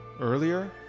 earlier